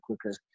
quicker